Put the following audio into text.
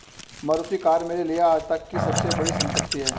Maruti car मेरे लिए आजतक की सबसे बड़ी संपत्ति है